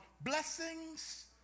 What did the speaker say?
blessings